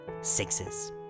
Sixes